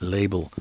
Label